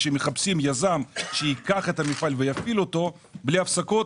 כשמחפשים יזם שייקח את המפעל ויפעיל אותו בלי הפסקות,